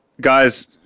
guys